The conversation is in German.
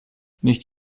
nicht